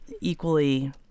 equally